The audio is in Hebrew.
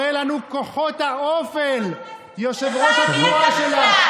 קורא לנו כוחות האופל, יושב-ראש התנועה שלך.